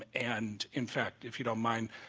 um and in fact, if you don't mind,